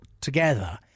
together